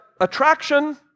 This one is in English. attraction